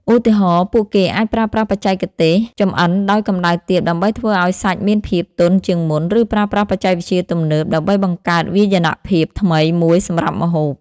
ឧទាហរណ៍ ពួកគេអាចប្រើប្រាស់បច្ចេកទេសចម្អិនដោយកម្ដៅទាបដើម្បីធ្វើឲ្យសាច់មានភាពទន់ជាងមុន ឬប្រើប្រាស់បច្ចេកវិទ្យាទំនើបដើម្បីបង្កើតវាយនភាពថ្មីមួយសម្រាប់ម្ហូប។